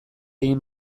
egin